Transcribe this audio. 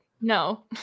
no